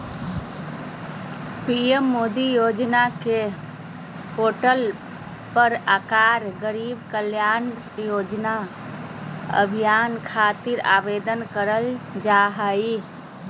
PM Modi योजना के portal पर जाकर गरीब कल्याण रोजगार अभियान खातिर आवेदन करल जा हय